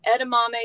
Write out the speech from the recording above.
edamame